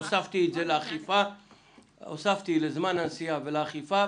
הוספתי את זה לזמן הנסיעה ולאכיפה,